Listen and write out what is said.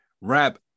rap